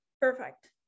Perfect